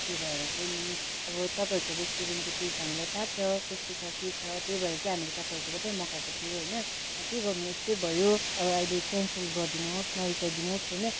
त्यो भएर चाहिँ नि अब तपाईँहरूको रेस्टुरेन्टको टेस्ट हामीलाई थाहा छ कस्तो छ के छ त्यही भएर चाहिँ हामीले तपाईँकोहरूबाटै मगाएको थियौ होइन के गर्नु यस्तै भयो अब अहिले क्यान्सल गरिदिनु होस् नरिसाइदिनु होस् होइन